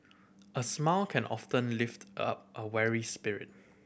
a smile can often lift up a weary spirit